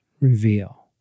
Reveal